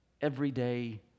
everyday